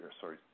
sorry